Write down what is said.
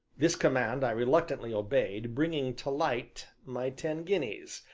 this command i reluctantly obeyed, bringing to light my ten guineas,